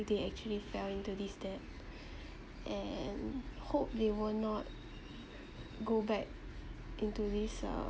they actually fell into this debt and hope they will not go back into this uh